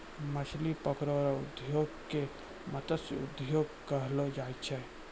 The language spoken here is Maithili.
मछली पकड़ै रो उद्योग के मतस्य उद्योग कहलो जाय छै